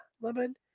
Lemon